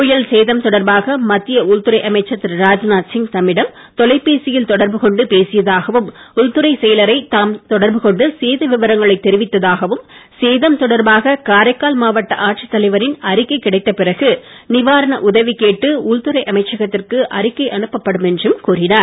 புயல் சேதம் தொடர்பாக மத்திய உள்துறை அமைச்சர் திரு ராஜ்நாத் சிங் தம்மிடம் தொலைபேசியில் தொடர்பு கொண்டு தம்மிடம் பேசியதாகவும் உள்துறை செயலரை தாம் தொடர்பு கொண்டு சேத விவரங்களை தெரிவித்தாகவும் சேதம் தொடர்பாக காரைக்கால் மாவட்ட ஆட்சித் தலைவரின் அறிக்கை கிடைத்த பிறகு நிவாரண உதவி கேட்டு உள்துறை அமைச்சகத்திற்கு அறிக்கை அனுப்பப்படும் என்றும் கூறினார்